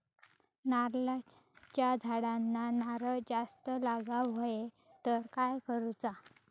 नारळाच्या झाडांना नारळ जास्त लागा व्हाये तर काय करूचा?